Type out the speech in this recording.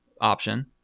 option